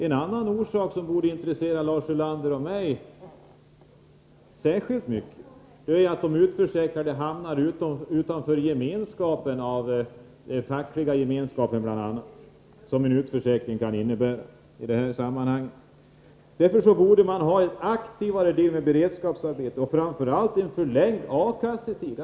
En annan orsak som borde intressera Lars Ulander och mig särskilt mycket är att de utförsäkrade hamnar utanför den fackliga gemenskapen, vilket ju en utförsäkring innebär i detta sammanhang. Därför borde man ha en aktivare del med beredskapsarbete och framför allt en förlängd A-kassetid.